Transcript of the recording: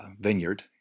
vineyard